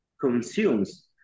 consumes